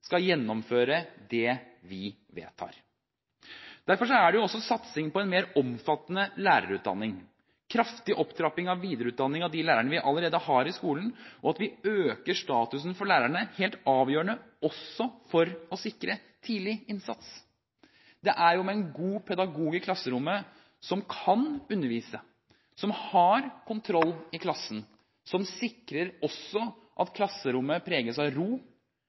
skal gjennomføre det vi vedtar. Derfor er også satsing på en mer omfattende lærerutdanning, kraftig opptrapping av videreutdanning av de lærerne vi allerede har i skolen, og at vi øker statusen for lærerne, helt avgjørende, også for å sikre tidlig innsats. Det må være en god pedagog i klasserommet, som kan undervise, som har kontroll i klassen, som sikrer at klasserommet preges av ro,